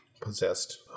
possessed